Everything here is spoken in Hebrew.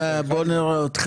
בוא נראה.